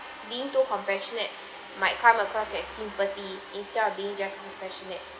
being too compassionate might come across as sympathy instead of being just compassionate